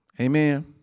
Amen